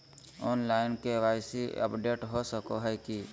Online KYC update हो सको है की?